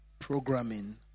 programming